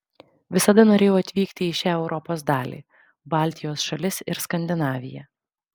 visada norėjau atvykti į šią europos dalį baltijos šalis ir skandinaviją